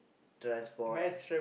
transport